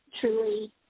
truly